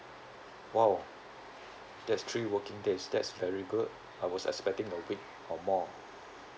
!wow! that's three working days that's very good I was expecting a week or more